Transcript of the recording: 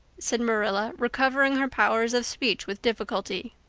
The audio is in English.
said marilla, recovering her powers of speech with difficulty.